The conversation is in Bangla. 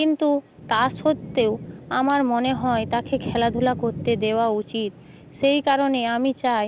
কিন্তু তা সত্ত্বেও আমার মনে হয় তাকে খেলাধূলা করতে দেওয়া উচিত সেই কারণে আমি চাই